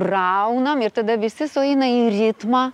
raunam ir tada visi sueina į ritmą